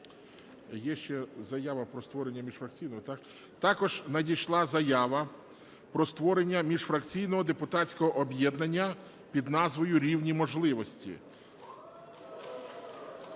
Також надійшла заява про створення Міжфракційного депутатського об'єднання під назвою "Рівні можливості".